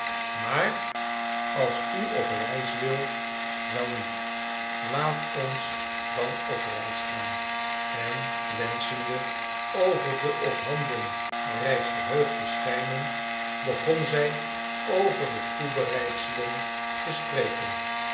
maar als u op reis wil welnu laat ons dan op reis gaan en wenschende over de ophanden reis verheugd te schijnen begon zij over de toebereidselen te spreken